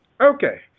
Okay